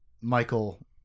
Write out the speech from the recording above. Michael